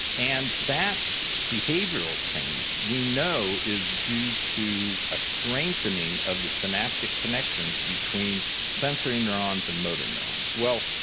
and that behavioural change we know is due to a strengthening of the synaptic connections between sensory neurons and motor neurons. well,